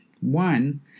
one